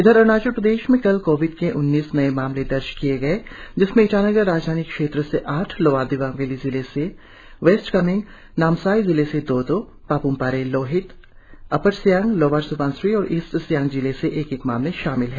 इधर अरुणाचल प्रदेश में कल कोविड के उन्नीस नए मामले दर्ज किए गए जिसमें ईटानगर राजधानी क्षेत्र से आठ lower Dibang valley west Kameng Namsai जिले से दो दो पाप्मपारे लोहित अपर सियांग लोअर सुबनसिरी और ईस्ट सियांग जिले से एक एक मामले शामिल है